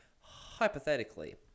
hypothetically